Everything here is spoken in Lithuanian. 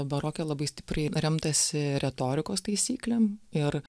baroke labai stipriai remtasi retorikos taisyklėm ir